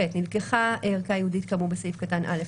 (ח)נלקחה ערכה ייעודית כאמור בסעיף קטן (א),